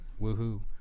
Woohoo